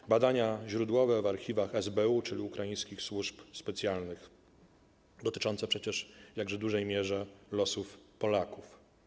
Są badania źródłowe w archiwach SBU, czyli Ukraińskich Służb Specjalnych, dotyczące przecież w jakże dużej mierze losów Polaków.